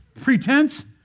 pretense